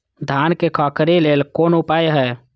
धान में खखरी लेल कोन उपाय हय?